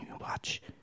watch